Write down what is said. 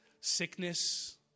Sickness